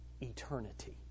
eternity